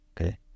Okay